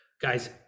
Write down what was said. guys